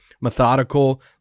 methodical